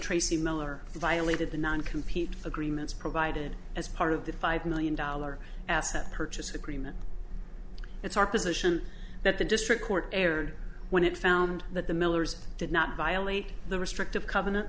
tracy miller violated the nine compete agreements provided as part of the five million dollar asset purchase agreement it's our position that the district court erred when it found that the millers did not violate the restrictive covenant